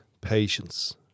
patience